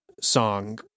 song